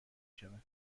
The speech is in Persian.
شود